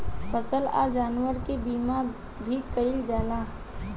फसल आ जानवर के बीमा भी कईल जाला